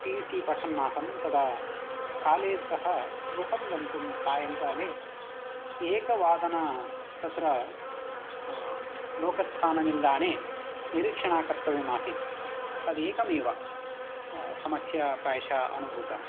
P U C पठन् आसम् तदा कालेज् तः गृहं गन्तुं सायंकाले एकवादन तत्र लोकस्थाननिल्दाणे निरीक्षणं कर्तव्यमासीत् तदेकमेव समस्या प्रायशः अनुभूता